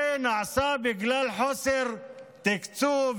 זה נעשה בגלל חוסר תקצוב,